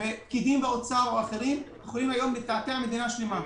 פקידים באוצר היום יכולים לתעתע מדינה שלמה.